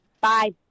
Bye